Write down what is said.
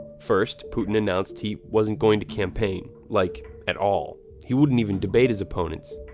first, putin announced he wasn't going to campaign. like, at all. he wouldn't even debate his opponents.